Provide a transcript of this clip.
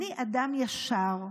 אני אדם ישר,